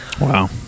wow